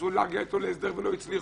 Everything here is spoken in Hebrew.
ניסו להגיע אתו להסדר ולא הצליחו.